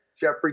Jeffrey